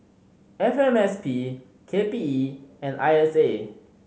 F M S P K P E and I S A